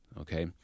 Okay